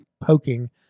poking